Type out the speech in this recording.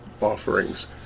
offerings